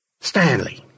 Stanley